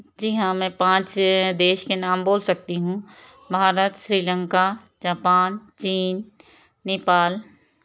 जी हाँ मैं पाँच देश के नाम बोल सकती हूँ भारत श्रीलंका जापान चीन नेपाल